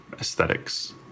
aesthetics